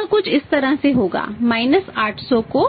तो यह कुछ इस तरह से होगा माइनस 800 को